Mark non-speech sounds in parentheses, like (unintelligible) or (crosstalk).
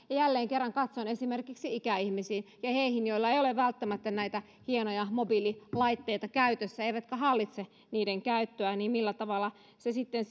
(unintelligible) ja jälleen kerran katse on esimerkiksi ikäihmisiin ja heihin joilla ei ole välttämättä näitä hienoja mobiililaitteita käytössä eivätkä hallitse niiden käyttöä niin millä tavalla se sitten (unintelligible)